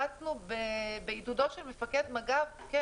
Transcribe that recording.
הרצנו בעידודו של מפקד מג"ב את